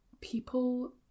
people